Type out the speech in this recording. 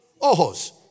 ojos